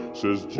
says